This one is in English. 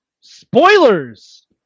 spoilers